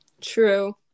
True